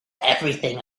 everything